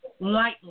lightly